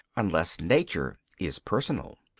unless nature is personal.